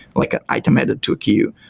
like a item added to a queue?